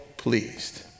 pleased